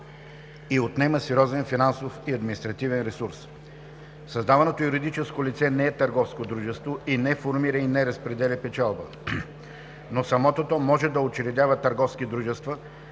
и отнема сериозен финансов и административен ресурс. Създаденото юридическо лице не е търговско дружество, не формира и не разпределя печалба. Но самото то може да учредява търговски дружества